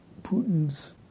Putin's